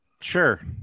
Sure